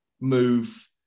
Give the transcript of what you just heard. move